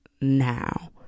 now